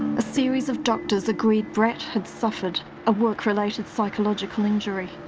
a series of doctors agreed brett had suffered a work-related psychological injury.